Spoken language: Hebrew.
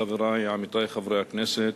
חברי ועמיתי חברי הכנסת,